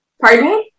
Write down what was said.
pardon